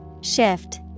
Shift